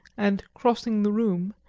and crossing the room,